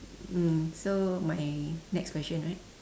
mm so my next question right